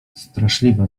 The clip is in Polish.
straszliwa